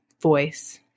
voice